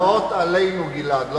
מלחמות באות עלינו, גלעד.